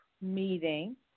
meeting